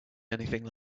anything